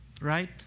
right